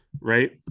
Right